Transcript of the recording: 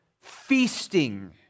feasting